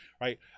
right